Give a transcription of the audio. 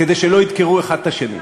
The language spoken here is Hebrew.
כדי שלא ידקרו האחד את השני.